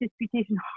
disputation